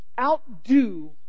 Outdo